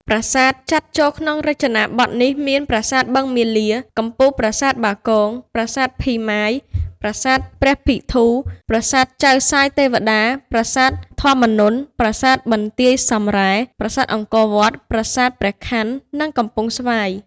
ប្រាសាទចាត់ចូលក្នុងរចនាបថនេះមាន ប្រាសាទបឹងមាលា កំពូលប្រាសាទបាគង ប្រាសាទភីម៉ាយ ប្រាសាទព្រះពិធូ ប្រាសាទចៅសាយទេវតា ប្រាសាទធម្មានន្ទ ប្រាសាទបន្ទាយសំរ៉ែ ប្រាសាទអង្គរវត្ត ប្រាសាទ ព្រះខន័ កំពង់ស្វាយ ។